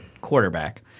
quarterback